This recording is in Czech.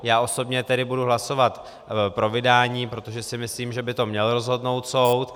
Já osobně tedy budu hlasovat pro vydání, protože si myslím, že by to měl rozhodnout soud.